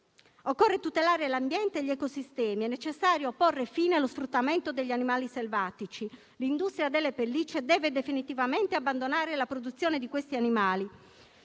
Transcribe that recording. Occorre tutelare l'ambiente e gli ecosistemi, è necessario porre fine allo sfruttamento degli animali selvatici. L'industria delle pellicce deve definitivamente abbandonare la produzione di questi animali,